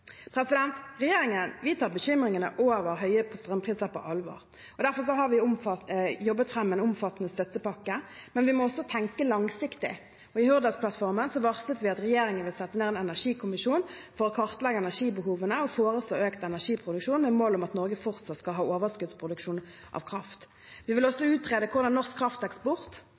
tar bekymringene over høye strømpriser på alvor. Derfor har vi jobbet fram en omfattende støttepakke, men vi må også tenke langsiktig. I Hurdalsplattformen varslet vi at regjeringen vil sette ned en energikommisjon for å kartlegge energibehovet og foreslå økt energiproduksjon, med mål om at Norge fortsatt skal ha overskuddsproduksjon av kraft. Vi vil også utrede hvordan norsk krafteksport